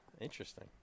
interesting